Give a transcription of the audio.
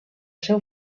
seu